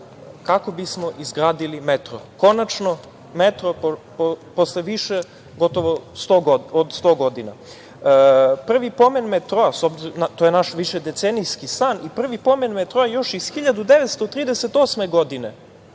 kako bismo izgradili metro. Konačno, metro posle više od gotovo 100 godina. Prvi pomen metroa, to je naš višedecenijski san, je još iz 1938. godine,